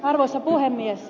arvoisa puhemies